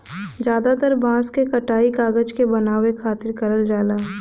जादातर बांस क कटाई कागज के बनावे खातिर करल जाला